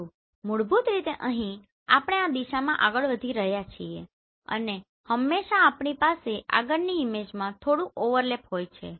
પરંતુ મૂળભૂત રીતે અહીં આપણે આ દિશામાં આગળ વધી રહ્યા છીએ અને હંમેશાં આપણી પાસે આગળની ઈમેજમાં થોડુંક ઓવરલેપ હોય છે